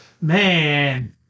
man